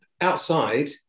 outside